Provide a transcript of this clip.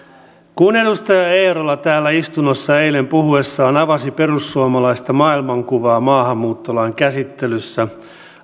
kun edustaja eerola täällä istunnossa eilen puhuessaan avasi perussuomalaista maailmankuvaa maahanmuuttolain käsittelyssä